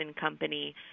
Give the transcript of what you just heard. company